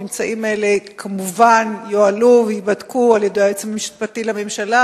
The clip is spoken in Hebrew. הממצאים האלה כמובן יועלו וייבדקו על-ידי היועץ המשפטי לממשלה,